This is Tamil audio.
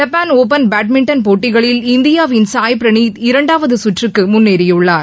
ஜப்பாள் ஒப்பள் பேட்மிண்டன் போட்டிகளில் இந்தியாவின் சாய் பிரனீத் இரண்டாவது சுற்றுக்கு முன்னேறியுள்ளார்